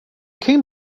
came